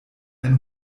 ein